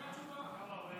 זו התשובה.